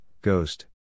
ghost